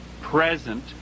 present